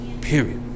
Period